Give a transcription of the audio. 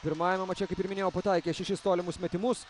pirmajame mače kaip ir minėjau pataikė šešis tolimus metimus